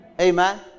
Amen